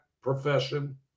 profession